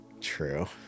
True